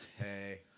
hey